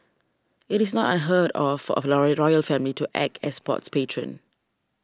it is not unheard of for a loyal royal family to act as sports patron